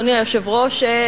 אדוני היושב-ראש,